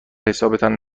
حسابتان